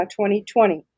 2020